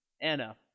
Anna